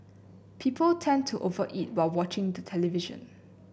people tend to over eat while watching the television